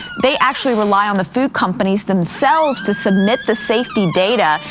they actually rely on the food companies themselves to submit the safety data,